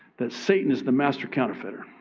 that satan is the master counterfeiter.